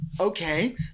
Okay